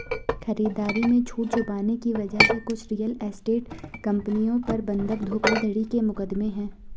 खरीदारी में छूट छुपाने की वजह से कुछ रियल एस्टेट कंपनियों पर बंधक धोखाधड़ी के मुकदमे हैं